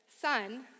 son